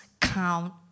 count